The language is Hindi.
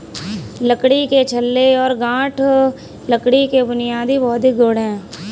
लकड़ी के छल्ले और गांठ लकड़ी के बुनियादी भौतिक गुण हैं